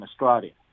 Australia